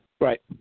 right